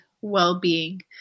well-being